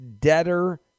debtor